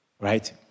right